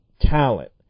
talent